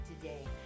today